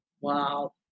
Wow